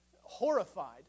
horrified